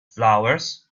flowers